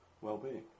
well-being